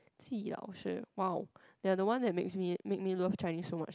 Ji 老师:Lao-Shi !wow! they are the ones that makes me make me love Chinese so much